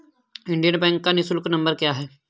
Indian bank का निःशुल्क number क्या है?